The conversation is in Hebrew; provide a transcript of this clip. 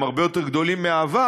הם הרבה יותר גדולים מבעבר,